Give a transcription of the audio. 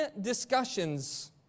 discussions